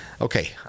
Okay